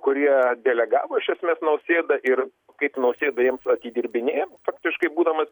kurie delegavo iš esmės nausėdą ir kaip nausėda jiems atidirbinėja faktiškai būdamas